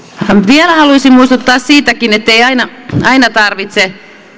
vielä haluaisin muistuttaa siitäkin ettei aina aina tarvitse